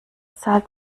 zahlt